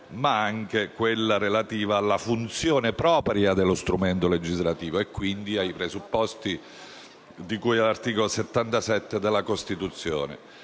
ma anche quello relativo alla funzione propria dello strumento legislativo e quindi ai presupposti di cui all'articolo 77 della Costituzione.